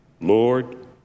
Lord